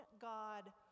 God